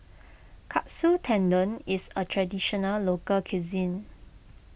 Katsu Tendon is a Traditional Local Cuisine